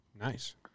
nice